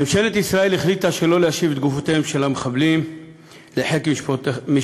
ממשלת ישראל החליטה שלא להשיב את גופותיהם של המחבלים לחיק משפחותיהם